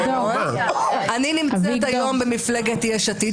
אני נמצאת היום במפלגת יש עתיד,